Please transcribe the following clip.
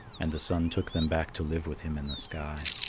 and the sun took them back to live with him in the sky.